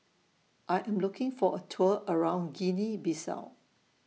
I Am looking For A Tour around Guinea Bissau